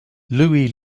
louis